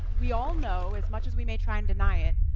we all know, as much as we may try and deny it,